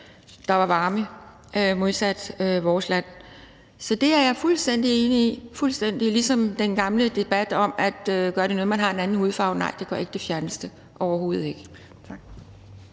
der var varme modsat i vores land. Så det er jeg fuldstændig enig i – fuldstændig. Ligesom den gamle debat om, om det gør noget, at man har en anden hudfarve: Nej, det gør ikke det fjerneste, overhovedet ikke.